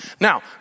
Now